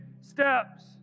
steps